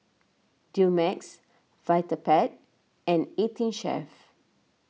Dumex Vitapet and eighteen Chef